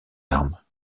larmes